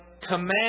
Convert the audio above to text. command